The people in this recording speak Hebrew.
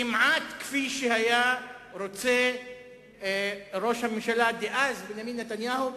כמעט כפי שרצה ראש הממשלה דאז בנימין נתניהו,